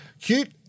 cute